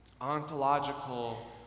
Ontological